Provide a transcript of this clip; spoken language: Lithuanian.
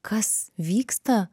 kas vyksta